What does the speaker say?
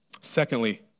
Secondly